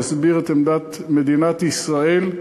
להסביר את עמדת מדינת ישראל,